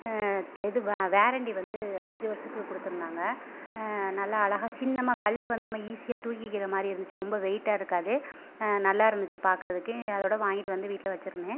கெது வ வேரன்ட்டி வந்து அஞ்சு வருஸத்துக்கு கொடுத்துருந்தாங்க நல்லா அழஹா சின்னமாக கல்லை வந்து நம்ம ஈஸியாக தூக்குகிற மாதிரி இருந்துச்சு ரொம்ப வெயிட்டாக இருக்காது நல்லா இருந்துச்சு பார்க்கறதுக்கு அதோடய வாங்கிட்டு வந்து வீட்டில் வெச்சுருந்தேன்